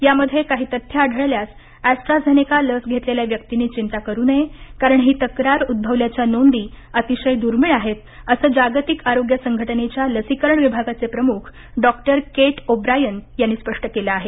या मध्ये काही तथ्य आढळल्यास एस्ट्राझेनेका लस घेतलेल्या व्यक्तींनी चिंता करू नये कारण ही तक्रार उद्भवल्याच्या नोंदी अतिशय दुर्मिळ आहेत असं जागतिक आरोग्य संघटनेनच्या लसीकरण विभागाचे प्रमुख डॉक्टर केट ओब्रायन यांनी स्पष्ट केलं आहे